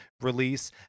release